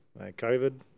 COVID